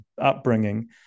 upbringing